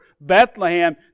Bethlehem